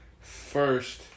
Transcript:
first